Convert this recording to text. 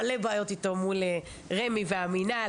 מלא בעיות איתו עם רמ"י והמינה,